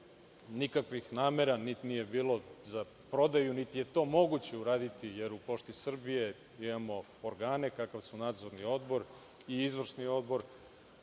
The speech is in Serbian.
namera niti je bilo za prodaju, niti je to moguće uraditi, jer u Pošti Srbije imamo organe kakav su Nadzorni odbor i Izvršni odbor,